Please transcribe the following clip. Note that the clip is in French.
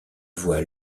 voix